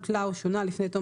הותלה או שונה לפני תום